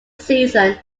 season